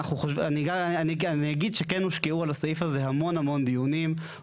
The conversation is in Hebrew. אני אגיד שכן הושקעו על הסעיף הזה המון המון דיונים.